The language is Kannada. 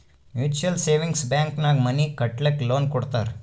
ಮ್ಯುಚುವಲ್ ಸೇವಿಂಗ್ಸ್ ಬ್ಯಾಂಕ್ ನಾಗ್ ಮನಿ ಕಟ್ಟಲಕ್ಕ್ ಲೋನ್ ಕೊಡ್ತಾರ್